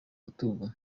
rutugu